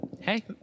hey